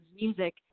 music